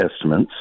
estimates